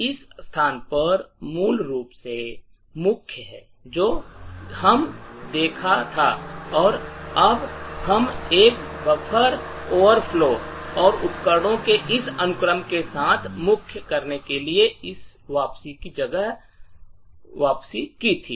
इस स्थान पर मूल रूप से मुख्य है जो हम देखा था और अब हम एक बफर ओवरफ्लो और उपकरणों के इस अनुक्रम के साथ मुख्य करने के लिए इस वापसी की जगह वापसी की थी